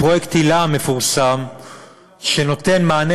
פרויקט היל"ה המפורסם נותן מענה